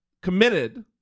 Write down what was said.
committed